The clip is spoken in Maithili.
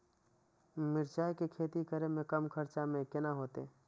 मिरचाय के खेती करे में कम खर्चा में केना होते?